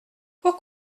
pour